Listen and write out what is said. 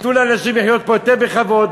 תיתנו לאנשים לחיות פה יותר בכבוד,